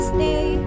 Stay